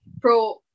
pro-